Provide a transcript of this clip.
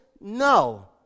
No